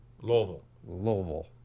Louisville